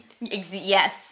Yes